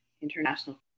international